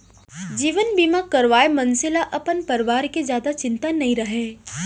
जीवन बीमा करवाए मनसे ल अपन परवार के जादा चिंता नइ रहय